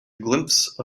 glimpse